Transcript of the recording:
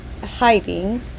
hiding